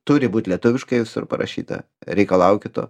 turi būt lietuviškai visur parašyta reikalaukit to